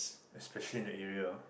especially in the area